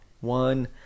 one